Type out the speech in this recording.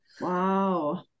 Wow